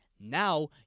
Now